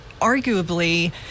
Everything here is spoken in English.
arguably